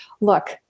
look